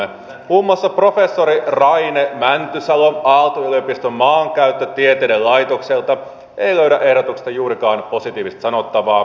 muun muassa professori raine mäntysalo aalto yliopiston maankäyttötieteiden laitokselta ei löydä ehdotuksesta juurikaan positiivista sanottavaa